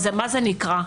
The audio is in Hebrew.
אז מה זה נקרא?